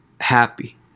happy